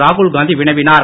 ராகுல் காந்தி வினவினார்